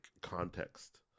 context